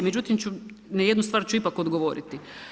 Međutim, na jednu stvar ću ipak odgovoriti.